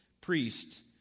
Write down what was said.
priest